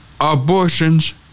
abortions